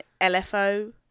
LFO